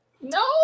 No